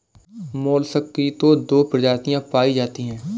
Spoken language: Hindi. मोलसक की तो दो प्रजातियां पाई जाती है